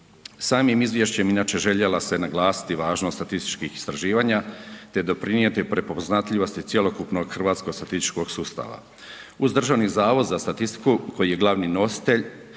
Samim izvješćem inače željela se naglasiti važnost statističkih istraživanja te doprinijeti te doprinijeti prepoznatljivosti cjelokupnog hrvatskog statističkog sustava. uz Državni zavod za statistiku koji je glavno nositelj,